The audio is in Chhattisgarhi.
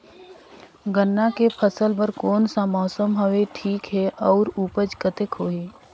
गन्ना के फसल बर कोन सा मौसम हवे ठीक हे अउर ऊपज कतेक होही?